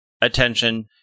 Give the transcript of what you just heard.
attention